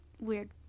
weird